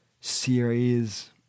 series